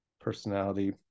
personality